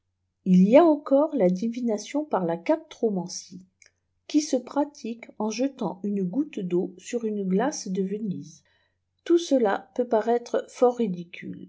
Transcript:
il y aençore la divination par la cap romancier qui se pratique en jetant une goutte d'eau sur une glace de venise tout cela peut paraître fort ridicule